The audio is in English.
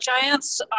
giants